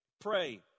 pray